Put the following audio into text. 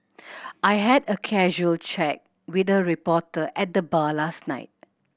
I had a casual chat with a reporter at the bar last night